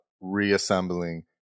reassembling